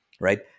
right